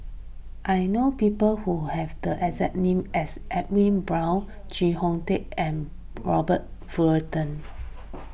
I know people who have the as name as Edwin Brown Chee Kong Tet and Robert Fullerton